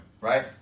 right